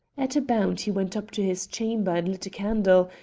at a bound he went up to his chamber and lit a candle,